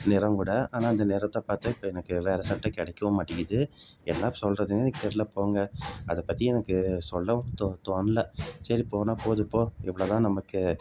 நிறம் கூட ஆனால் அந்த நிறத்தை பார்த்தா இப்போ எனக்கு வேறு சட்டை கிடைக்கவும் மாட்டேங்கிது என்ன சொல்கிறதுனே எனக்கு தெரில போங்க அதை பற்றி எனக்கு சொல்லவும் தோணல சரி போனால் போகுதுப்போ இவ்வளோ தான் நமக்கு